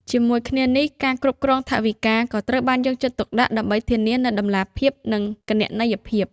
ជាមួយគ្នានេះ ការគ្រប់គ្រងថវិកាក៏ត្រូវបានយកចិត្តទុកដាក់ ដើម្បីធានានូវតម្លាភាព និងគណនេយ្យភាព។